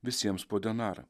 visiems po denarą